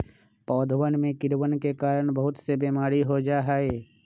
पौधवन में कीड़वन के कारण बहुत से बीमारी हो जाहई